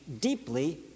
deeply